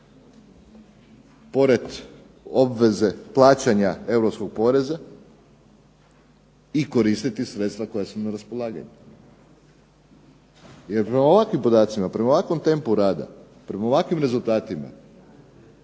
pored obveze plaćanja europskog poreza i koristiti sredstva koja su na raspolaganju. Jer prema ovakvim podacima, prema ovakvom tempu rada, prema ovakvim rezultatima